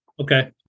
Okay